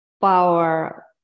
power